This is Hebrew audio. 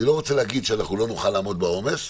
אני לא רוצה להגיד שאנחנו לא נוכל לעמוד בעומס,